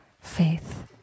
faith